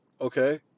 okay